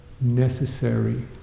necessary